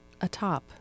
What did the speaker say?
atop